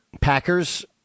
Packers